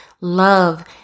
love